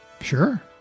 Sure